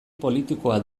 politikoa